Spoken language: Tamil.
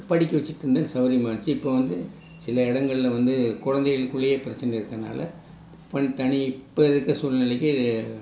படிக்க வெச்சுட்டு இருந்தேன் சௌரியமாக இருந்துச்சு இப்போ வந்து சில இடங்கள்ல வந்து கொழந்தைகளுக்குள்ளேயே பிரச்சனை இருக்கிறனால இப்போ தனி இப்போ இருக்கற சூழ்நிலைக்கு